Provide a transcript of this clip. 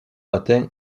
matin